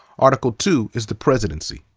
article two is the presidency.